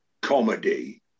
comedy